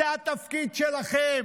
זה התפקיד שלכם,